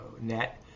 net